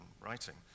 writing